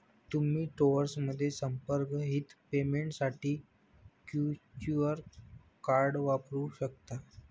तुम्ही स्टोअरमध्ये संपर्करहित पेमेंटसाठी व्हर्च्युअल कार्ड वापरू शकता